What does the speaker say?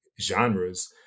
genres